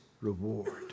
reward